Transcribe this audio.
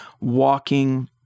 walking